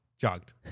Jogged